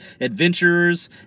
adventurers